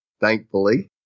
thankfully